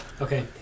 Okay